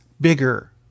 bigger